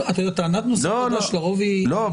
טענת נושא חדש לרוב היא --- לא,